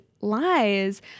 lies